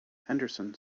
henderson